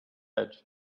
edge